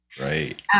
Right